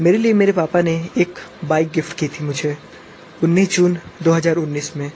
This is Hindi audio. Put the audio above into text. मेरे लिए मेरे पापा ने एक बाइक गिफ्ट की थी मुझे उन्नीस जून दो हजार उन्नीस में